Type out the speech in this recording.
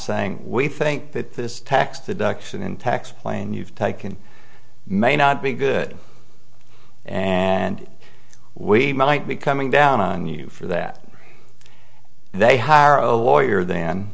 saying we think that this tax deduction in tax plain you've taken may not be good and we might be coming down on you for that they hire a lawyer then